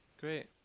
great